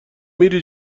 میری